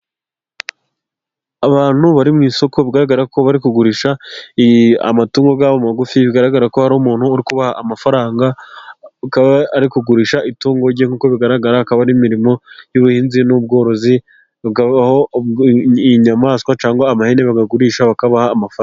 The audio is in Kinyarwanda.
Abantu bari mu isoko, bigaragara ko bari kugurisha amatungo yabo magufiya, bigaragara ko hari umuntu uri kubaha amafaranga, ari kugurisha itungo rye nkuko bigaragara, akaba ari imirimo y'ubuhinzi n'ubworozi, aho inyamaswa cyangwa amahene bayagurisha bakabaha amafaranga.